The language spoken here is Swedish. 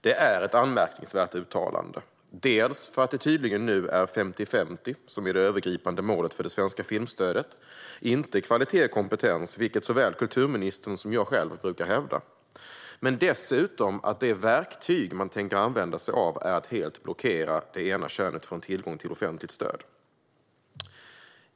Detta är ett anmärkningsvärt uttalande, dels för att det nu tydligen är 50-50 som är det övergripande målet för det svenska filmstödet, inte kvalitet och kompetens, vilket såväl kulturministern som jag själv brukar hävda, dels för att det verktyg man tänker använda sig av är att helt blockera det ena könet från tillgång till offentligt stöd.